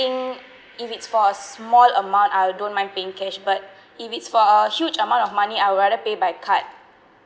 if it's for a small amount I don't mind paying cash but if it's for a huge amount of money I would rather pay by card